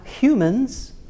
humans